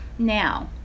Now